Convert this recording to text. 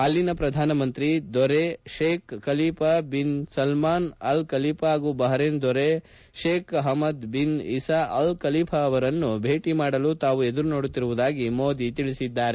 ಅಲ್ಲಿನ ಪ್ರಧಾನಮಂತ್ರಿ ಘನತೆವೆತ್ತ ದೊರೆ Sheikh Khalifa bin Salman Al Khalifa ಪಾಗೂ ಬಪರೇನ್ ದೊರೆ Sheikh Hamad bin Isa Al Khalifa ಅವರನ್ನು ಭೇಟಿ ಮಾಡಲು ತಾವು ಎದುರು ನೋಡುತ್ತಿರುವುದಾಗಿ ಮೋದಿ ತಿಳಿಸಿದ್ದಾರೆ